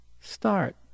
start